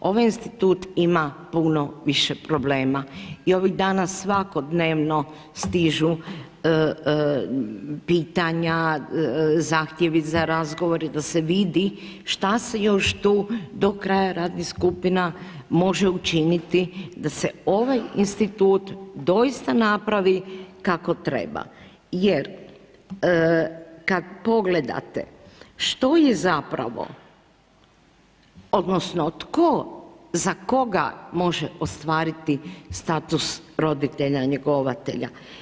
Ovaj institut ima puno više problema i ovi danas svakodnevno stižu pitanja, zahtjevi za razgovor i da se vidi šta se još tu do kraja radnih skupina može učiniti da se ovaj institut doista napravi kako treba jer kad pogledate što je zapravo odnosno tko za koga može ostvariti status roditelja njegovatelja.